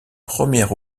premier